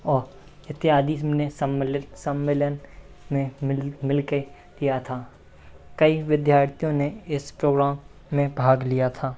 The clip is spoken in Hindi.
और इत्यादि हमने सम्मिलित सम्मेलन में मिल मिलकर किया था कई विद्यार्थियों ने इस प्रोग्राम में भाग लिया था